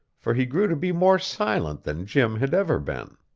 for he grew to be more silent than jim had ever been.